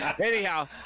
anyhow